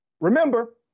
Remember